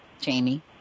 Jamie